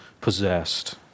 possessed